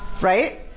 right